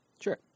Sure